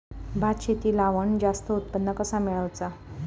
भात शेती लावण जास्त उत्पन्न कसा मेळवचा?